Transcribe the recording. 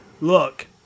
look